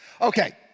Okay